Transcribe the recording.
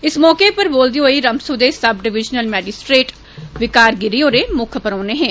इस मौके पर बोलदे होई रामसू दे sub divisional magistrate Vikar Giri होर मुक्ख परोहने हे